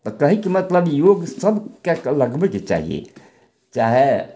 तऽ कहयके मतलब योग सबके लगबयके चाही चाहे